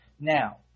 Now